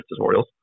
tutorials